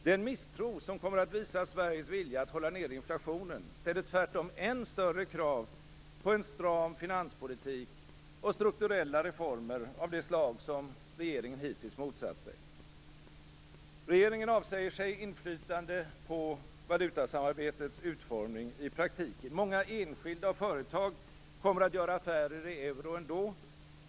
Den misstro som kommer att visas Sveriges vilja att hålla ned inflationen ställer tvärtom än större krav på en stram finanspolitik och strukturella reformer av det slag som regeringen hittills motsatt sig. Regeringen avsäger sig i praktiken inflytande på valutasamarbetets utformning. Många enskilda och företag kommer att göra affärer i euro ändå.